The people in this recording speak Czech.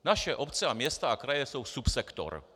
Naše obce, města a kraje jsou subsektor.